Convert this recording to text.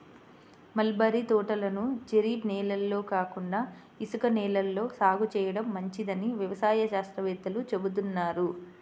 mulberry తోటలను జరీబు నేలల్లో కాకుండా ఇసుక నేలల్లో సాగు చేయడం మంచిదని వ్యవసాయ శాస్త్రవేత్తలు చెబుతున్నారు